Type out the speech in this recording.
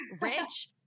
rich